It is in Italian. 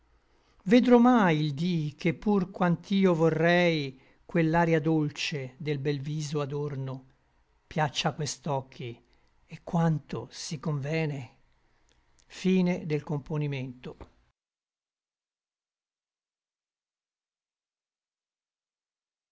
vedrò mai il dí che pur quant'io vorrei quel'aria dolce del bel viso adorno piaccia a quest'occhi et quanto si convene quel